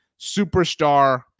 superstar